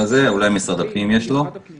כלומר, אף אחד לא נכנס לכאן מתוקף החוק בכלל.